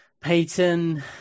Peyton